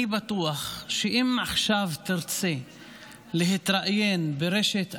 אני בטוח שאם עכשיו תרצה להתראיין ברשת אל-ג'זירה,